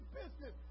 business